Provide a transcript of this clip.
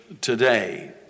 today